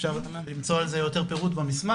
אפשר למצוא על זה יותר פירוט במסמך.